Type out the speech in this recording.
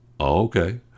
Okay